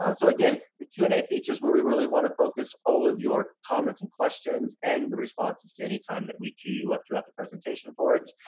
um so again, again, the q and a features where we really want to focus all of your comments and questions and the responses to any time that we queue you up throughout the presentation for it.